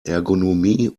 ergonomie